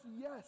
yes